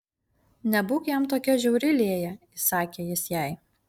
nebūk jam tokia žiauri lėja įsakė jis jai